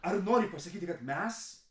ar nori pasakyti kad mes